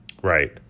right